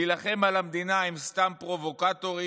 להילחם על המדינה הם סתם פרובוקטורים.